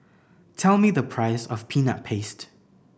tell me the price of Peanut Paste